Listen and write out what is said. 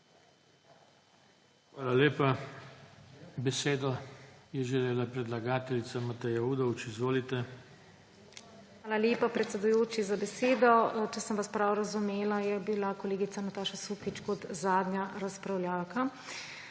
Hvala lepa. Besedo je želela predlagateljica Mateja Udovč. Izvolite. MATEJA UDOVČ (PS SMC): Hvala lepa, predsedujoči, za besedo. Če sem vas prav razumela, je bila kolegica Nataša Sukič kot zadnja razpravljavka.